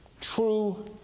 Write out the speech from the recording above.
true